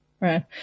right